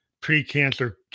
pre-cancer